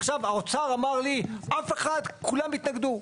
עכשיו, האוצר אמר לי, אף אחד כולם התנגדו.